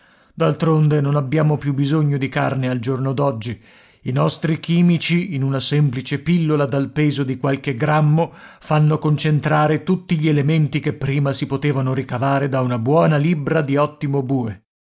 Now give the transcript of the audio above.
d'altronde non abbiamo più bisogno di carne al giorno d'oggi i nostri chimici in una semplice pillola dal peso di qualche grammo fanno concentrare tutti gli elementi che prima si potevano ricavare da una buona libbra di ottimo bue